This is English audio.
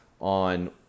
on